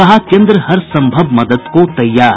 कहा केन्द्र हर सम्भव मदद को तैयार